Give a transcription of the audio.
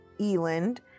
Eland